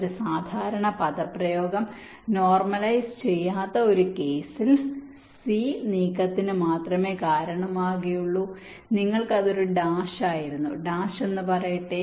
ഒരു സാധാരണ പദപ്രയോഗം നോർമലൈസ് ചെയ്യപ്പെടാത്ത ഒരു കേസിൽ സി നീക്കത്തിന് മാത്രമേ കാരണമാകുകയുള്ളൂ നിങ്ങൾക്ക് അത് ഒരു ഡാഷ് ആയിരുന്നു ഡാഷ് എന്ന് പറയട്ടെ